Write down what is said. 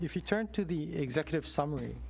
if you turned to the executive summary